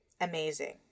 amazing